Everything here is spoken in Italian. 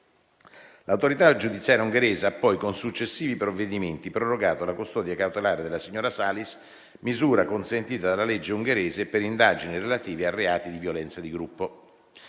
L'autorità giudiziaria ungherese ha poi, con successivi provvedimenti, prorogato la custodia cautelare della signora Salis, misura consentita dalla legge ungherese per indagini relative a reati di violenza di gruppo.